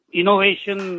innovation